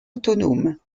autonomes